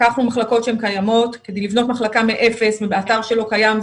לקחנו מחלקות שהן קיימות כדי לבנות מחלקה מאפס ובאתר שלא קיים,